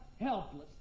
helpless